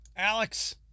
Alex